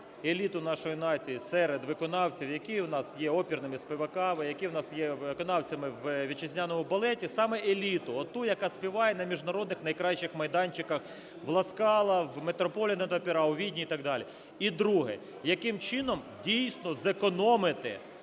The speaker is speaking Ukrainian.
еліту нашої нації серед виконавців, які у нас є оперними співаками, які в нас є виконавцями в вітчизняному балеті, саме еліту от ту, яка співає на міжнародних найкращих майданчиках в Ла Скала, в Метрополітен-опера, у Відні і так далі. І друге. Яким чином дійсно зекономити